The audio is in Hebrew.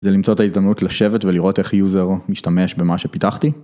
זה למצוא את ההזדמנות לשבת ולראות איך יוזר משתמש במה שפיתחתי.